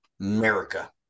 america